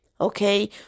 Okay